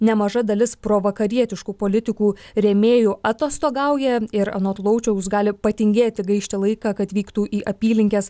nemaža dalis provakarietiškų politikų rėmėjų atostogauja ir anot laučiaus gali patingėti gaišti laiką kad vyktų į apylinkes